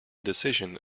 decision